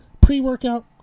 pre-workout